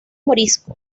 morisco